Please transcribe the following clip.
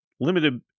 Limited